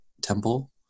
temple